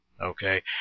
Okay